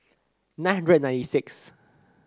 nine hundred and ninety six